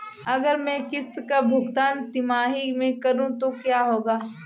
अगर मैं किश्त का भुगतान तिमाही में करूं तो क्या होगा?